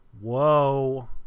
Whoa